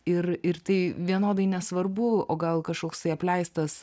ir ir tai vienodai nesvarbu o gal kažkoksai apleistas